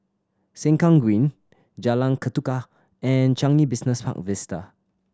Sengkang Green Jalan Ketuka and Changi Business Park Vista